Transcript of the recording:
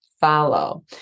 follow